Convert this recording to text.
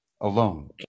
Alone